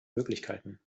möglichkeiten